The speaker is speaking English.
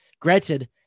Granted